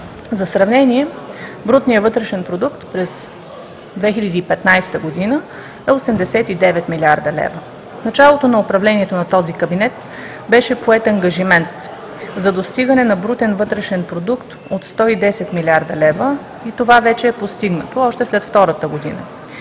За сравнение брутният вътрешен продукт през 2015 г. е 89 млрд. лв. В началото на управлението на този кабинет беше поет ангажимент за достигане на брутен вътрешен продукт от 110 млрд. лв. и това е постигнато още след втората година.